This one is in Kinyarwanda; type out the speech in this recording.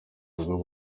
rugo